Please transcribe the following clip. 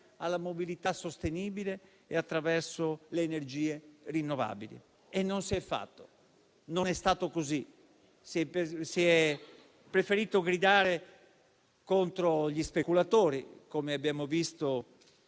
alla mobilità sostenibile e attraverso le energie rinnovabili. Ma non si è fatto, non è stato così, si è preferito gridare contro gli speculatori (come abbiamo visto),